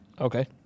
Okay